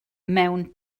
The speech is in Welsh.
mewn